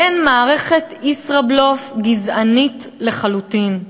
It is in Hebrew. מעין מערכת ישראבלוף גזענית לחלוטין.